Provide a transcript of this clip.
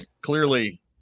clearly